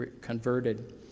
converted